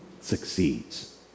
succeeds